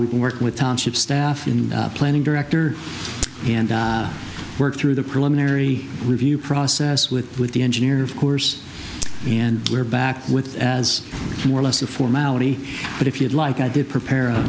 can work with township staff in the planning director and work through the preliminary review process with with the engineer of course and we're back with as more or less a formality but if you'd like i did prepare a